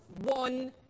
one